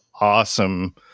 awesome